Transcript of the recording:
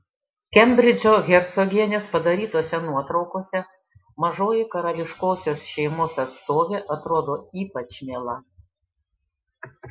kembridžo hercogienės padarytose nuotraukose mažoji karališkosios šeimos atstovė atrodo ypač miela